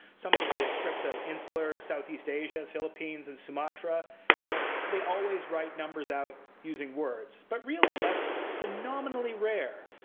some of the scripts of insular southeast asia, the phillippines, and sumatra don't. they always write numbers out using words. but really, that's phenomenally rare,